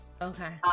Okay